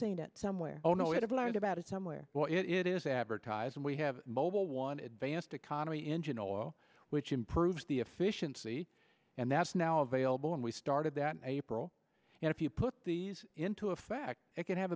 seen it somewhere oh no i have learned about it somewhere it is advertised and we have mobil one advanced economy engine oil which improves the efficiency and that's now available and we started that april and if you put these into effect it can have